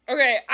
Okay